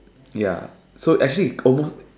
ya so actually is almost